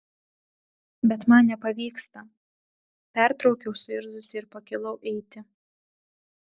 bet man nepavyksta pertraukiau suirzusi ir pakilau eiti